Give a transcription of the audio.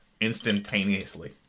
instantaneously